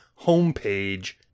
homepage